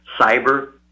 cyber